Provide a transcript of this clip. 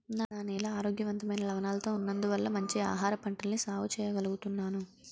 నా నేల ఆరోగ్యవంతమైన లవణాలతో ఉన్నందువల్ల మంచి ఆహారపంటల్ని సాగు చెయ్యగలుగుతున్నాను